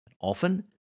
Often